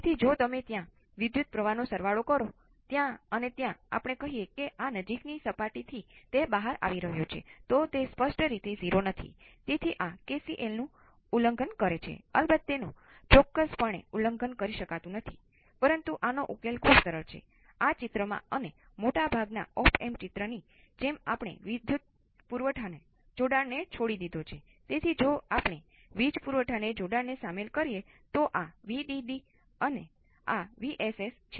તેથી Vc નો time derivative Ic 0 હોય છે